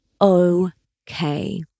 okay